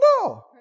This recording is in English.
no